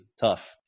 tough